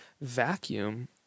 vacuum